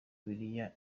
bibiliya